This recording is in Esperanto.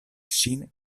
ŝin